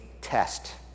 test